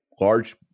large